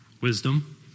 Wisdom